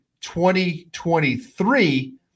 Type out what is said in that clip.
2023